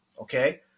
Okay